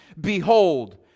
Behold